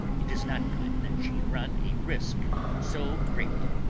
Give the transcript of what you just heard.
it is not good that she run a risk so great.